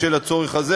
בשל הצורך הזה,